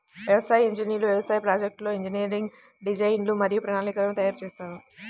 వ్యవసాయ ఇంజనీర్లు వ్యవసాయ ప్రాజెక్ట్లో ఇంజనీరింగ్ డిజైన్లు మరియు ప్రణాళికలను తయారు చేస్తారు